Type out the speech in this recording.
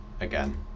again